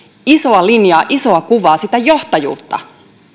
isoa linjaa isoa kuvaa sitä johtajuutta